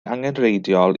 angenrheidiol